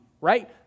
right